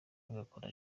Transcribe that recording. agakora